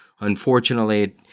Unfortunately